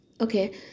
Okay